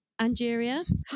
Angeria